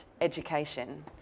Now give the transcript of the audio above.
education